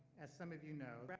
as some of you know,